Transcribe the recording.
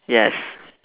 yes